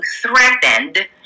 threatened